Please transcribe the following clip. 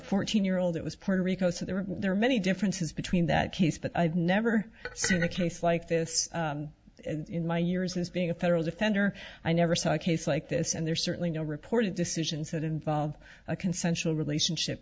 fourteen year old it was part of rico so there are there are many differences between that case but i've never seen a case like this in my years as being a federal defender i never saw a case like this and there's certainly no reported decisions that involve a consensual relationship